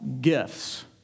gifts